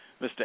Mr